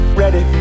ready